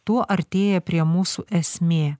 tuo artėja prie mūsų esmė